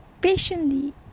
patiently